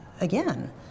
again